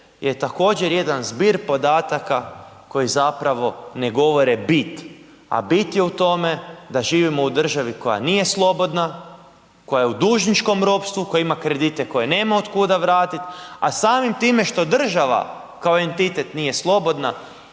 je također jedan zbir podataka koji zapravo ne govore bit, a bit je u tome da živimo u državi koja nije slobodna, koja je u dužničkom ropstvu, koja ima kredite koje nema od kuda vratiti, a samim time što država kao entitet nije slobodna